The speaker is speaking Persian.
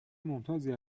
ممتازی